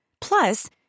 Plus